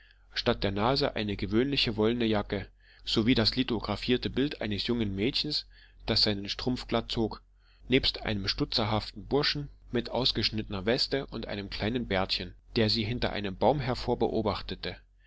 statt der nase eine gewöhnliche wollene jacke sowie das lithographierte bild eines jungen mädchens das seinen strumpf glatt zog nebst einem stutzerhaften burschen mit ausgeschnittener weste und kleinem bärtchen der sie hinter einem baum hervor beobachtete